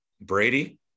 Brady